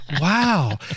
Wow